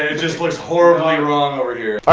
ah just looks horribly wrong over here.